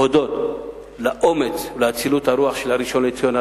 הודות לאומץ ולאצילות הרוח של הראשון-לציון,